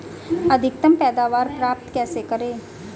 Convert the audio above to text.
अधिकतम पैदावार प्राप्त कैसे करें?